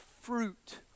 fruit